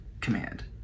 command